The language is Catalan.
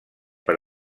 per